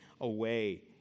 away